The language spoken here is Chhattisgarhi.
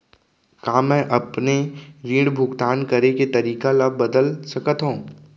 का मैं अपने ऋण भुगतान करे के तारीक ल बदल सकत हो?